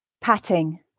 Patting